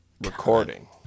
Recording